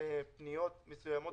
בפניות מסוימות